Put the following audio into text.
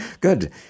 Good